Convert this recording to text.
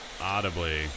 audibly